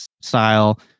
style